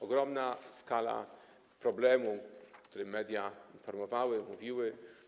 Ogromna skala problemu, o którym media informowały, mówiły.